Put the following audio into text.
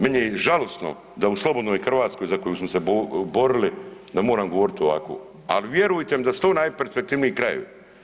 Meni je žalosno da u slobodnoj Hrvatskoj za koju smo se borili da moram govoriti ovako, a vjerujte mi da su to najperspektivniji krajevi.